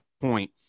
point